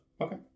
Okay